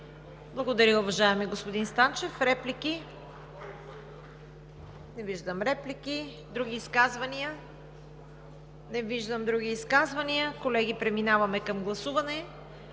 Благодаря, уважаеми господин Станчев. Реплики? Не виждам. Други изказвания? Не виждам. Колеги, преминаваме към гласуване.